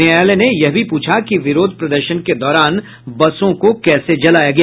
न्यायालय ने यह भी पूछा कि विरोध प्रदर्शन के दौरान बसों को कैसे जलाया गया